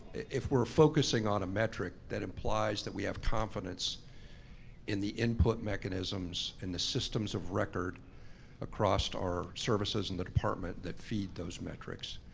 if we're focusing on a metric, that implies that we have confidence in the input mechanisms in the systems of record across our services in the department that feeds those metrics.